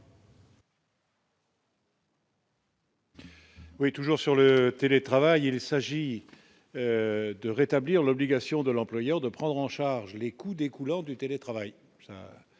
Oui, toujours sur le télétravail et les Sagi de rétablir l'obligation de l'employeur, de prendre en charge les coûts découlant du télétravail,